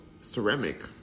ceramic